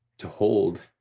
to hold.